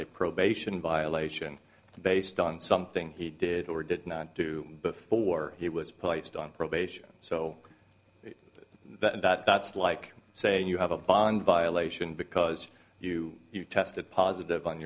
a probation violation based on something he did or did not do before he was placed on probation so that's like saying you have a bond violation because you tested positive on